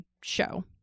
show